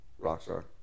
Rockstar